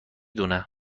دونه